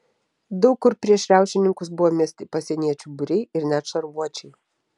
daug kur prieš riaušininkus buvo mesti pasieniečių būriai ir net šarvuočiai